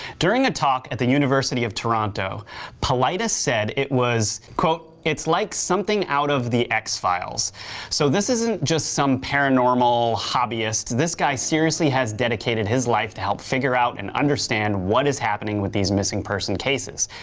during a talk at the university of toronto paulides said it was it's like something out of the x-files so this isn't just some paranormal hobbyist, this guy seriously has dedicated his life to help figure out and understand what is happening with these missing person cases.